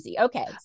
Okay